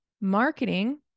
marketing